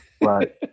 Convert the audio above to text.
Right